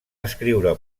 escriure